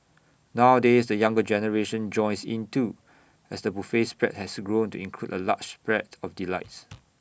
nowadays the younger generation joins in too as the buffet spread has grown to include A large spread of delights